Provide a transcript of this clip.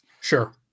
Sure